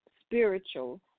spiritual